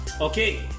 Okay